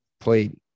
played –